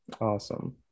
Awesome